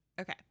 okay